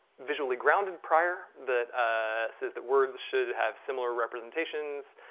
visually grounded prior that ah says that words should have similar representations,